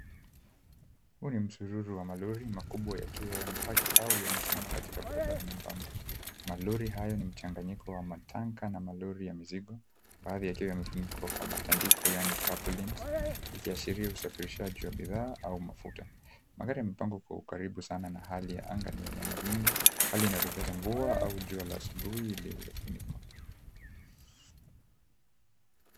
Huu ni msururu wa malori makubwa yakiwa yamepaki au yamesimama katika barabara nyembamba. Malori haya ni mchanganyiko wa matanka na malori ya mizigo baadhi yakiwa yamefunikwa kwa matandiko ya tapolind ikiashiria usafirishaji wa bidhaa au mafuta. Magari yamepangwa kwa ukaribu sana na hali ya anga ni yenye mawingu, hali inayodokeza mvua au jua la asubuhi lililofunikwa.